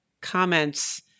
comments